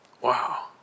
Wow